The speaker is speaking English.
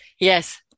Yes